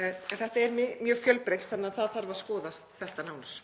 En þetta er mjög fjölbreytt þannig að það þarf að skoða þetta nánar.